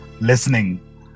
listening